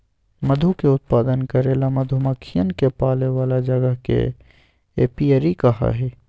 मधु के उत्पादन करे ला मधुमक्खियन के पाले वाला जगह के एपियरी कहा हई